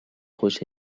خوش